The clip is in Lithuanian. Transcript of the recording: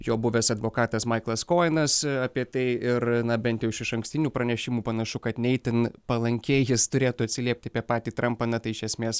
jo buvęs advokatas maiklas kojenas apie tai ir na bent jau iš išankstinių pranešimų panašu kad ne itin palankiai jis turėtų atsiliepti apie patį trampą na tai iš esmės